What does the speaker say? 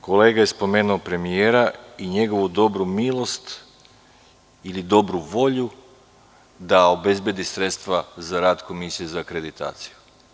Kolega je spominjao premijera i njegovu dobru milost ili dobru volju da obezbedi sredstva za rad Komisije za akreditaciju.